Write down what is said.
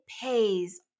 pays